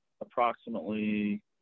approximately